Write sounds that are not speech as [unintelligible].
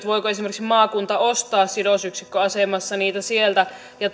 [unintelligible] voiko esimerkiksi maakunta ostaa sidosyksikköasemassa näitä kuntien yhtiöitä ja [unintelligible]